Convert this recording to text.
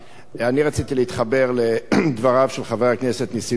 אני רציתי להתחבר לדבריו של חבר הכנסת נסים זאב.